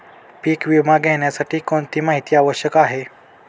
पीक विमा घेण्यासाठी कोणती माहिती आवश्यक आहे?